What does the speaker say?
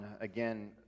again